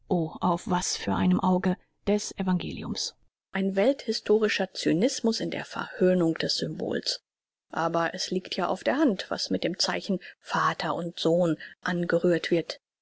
auf was für einem auge des evangeliums ein welthistorischer cynismus in der verhöhnung des symbols aber es liegt ja auf der hand was mit dem zeichen vater und sohn angerührt wird